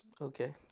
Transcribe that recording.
Okay